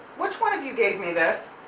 which one of you gave me this?